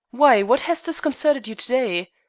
why, what has disconcerted you to-day?